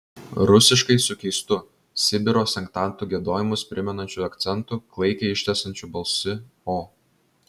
rusiškai su keistu sibiro sektantų giedojimus primenančiu akcentu klaikiai ištęsiančiu balsį o